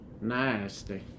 Nasty